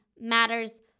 matters